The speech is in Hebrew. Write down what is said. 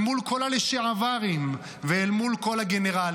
אל מול כל הלשעברים ואל מול כל הגנרלים,